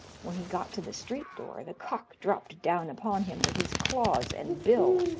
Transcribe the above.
when he got to the street door, the cock dropped down upon him with his claws and bill,